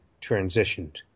transitioned